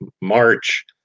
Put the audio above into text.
March